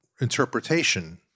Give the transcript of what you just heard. interpretation